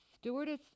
stewardess